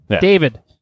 David